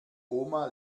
oma